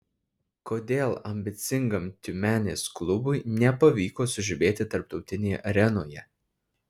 kodėl ambicingam tiumenės klubui nepavyko sužibėti tarptautinėje arenoje